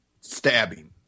stabbing